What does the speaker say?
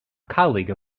colleague